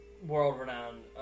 World-renowned